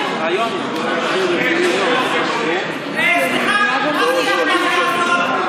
ליבנו, סליחה, מה זאת האפליה הזאת?